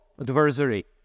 adversary